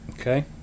Okay